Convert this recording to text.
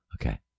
Okay